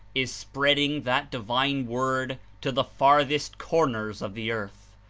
is spreading that divine word to the farthest corners of the earth,